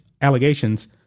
allegations